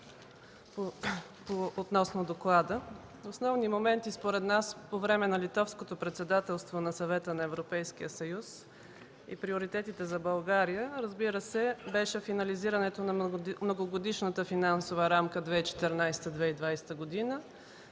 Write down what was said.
Основни моменти, според нас, по време на Литовското председателство на Съвета на Европейския съюз и приоритетите за България, разбира се, беше финализирането на Многогодишната финансова рамка 2014-2020 г. и